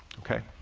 okay?